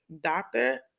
doctor